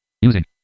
Using